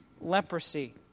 leprosy